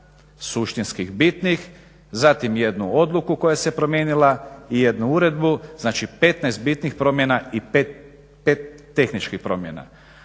suštinskih, bitnih zatim jednu odluku koja se promijenila i jednu uredbu znači 15 bitnih promjena i 5 tehničkih promjena.